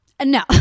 No